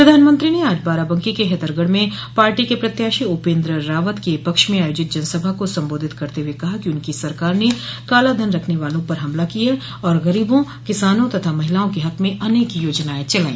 प्रधानमंत्री ने आज बाराबंकी के हैदरगढ़ में पार्टी के प्रत्याशी उपेन्द्र रावत के पक्ष में आयोजित जनसभा को संबोधित करते हुए कहा कि उनकी सरकार ने कालाधन रखने वालों पर हमला किया और गरीबों किसानों तथा महिलाओं के हक में अनेक योजनाएं चलाई